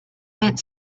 went